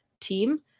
team